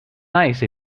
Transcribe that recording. nice